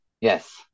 Yes